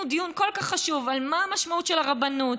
דיון כל כך חשוב על המשמעות של הרבנות,